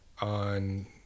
On